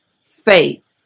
faith